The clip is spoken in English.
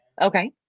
okay